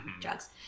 drugs